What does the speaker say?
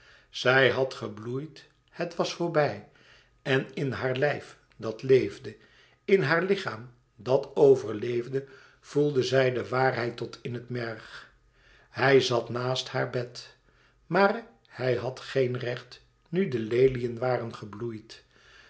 zij had gebloeid het was voorbij en in haar lijf dat leefde in haar lichaam dat overleefde voelde zij de waarheid tot in het merg hij zat naast haar bed maar hij had geen recht nu de leliën waren gebloeid